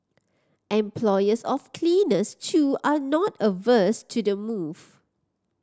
employers of cleaners too are not averse to the move